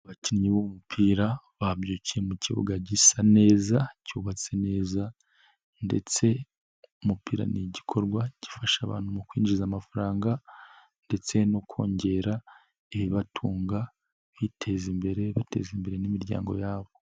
Abakinnyi b'umupira babyukiye mu kibuga gisa neza, cyubatse neza, ndetse umupira ni igikorwa gifasha abantu mu kwinjiza amafaranga, ndetse no kongera ibibatunga, kwiteza imbere, bateza imbere n'imiryango yabo.